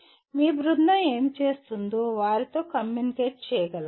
మీ బృందం ఏమి చేస్తుందో వారితో కమ్యూనికేట్ చేయగలగాలి